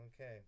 Okay